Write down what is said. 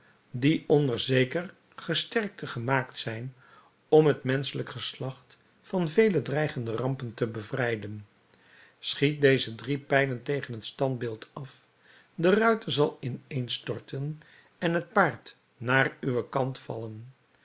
die onder zeker gesterkte gemaakt zijn om het menschelijk geslacht van vele dreigende rampen te bevrijden schiet deze drie pijlen tegen het standbeeld af de ruiter zal ineenstorten en het paard naar uwen kant vallen